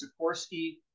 Sikorsky